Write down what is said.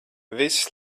viss